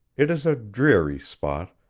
it is a dreary spot,